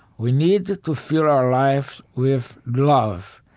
we need to to fill our lives with love.